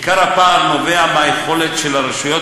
עיקר הפער נובע מהיכולת של הרשויות